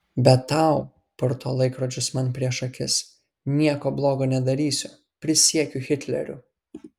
bet tau purto laikrodžius man prieš akis nieko blogo nedarysiu prisiekiu hitleriu